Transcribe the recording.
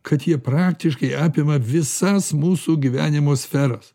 kad jie praktiškai apima visas mūsų gyvenimo sferas